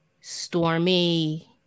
Stormy